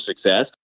success